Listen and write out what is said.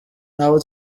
n’abo